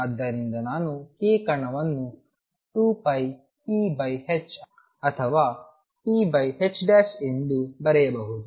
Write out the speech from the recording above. ಆದ್ದರಿಂದ ನಾನು k ಕಣವನ್ನು 2πph ಅಥವಾ p ಎಂದು ಬರೆಯಬಹುದು